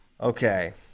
Okay